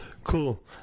Cool